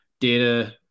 data